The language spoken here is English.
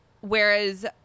Whereas